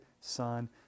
Son